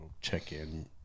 check-in